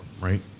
right